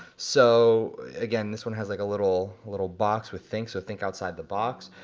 so, again, this one has like a little little box with think, so think outside the box.